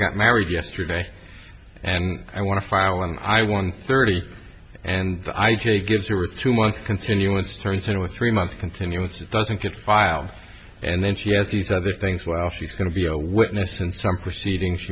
got married yesterday and i want to file an i want thirty and i j gives her a two month continuance turns into a three month continuance it doesn't get filed and then she has these other things well she's going to be a witness and some proceedings